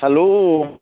hello